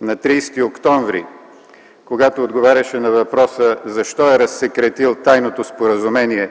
на 30 октомври, когато отговаряше на въпроса защо е разсекретил тайното споразумение